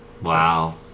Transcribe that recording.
Wow